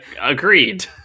agreed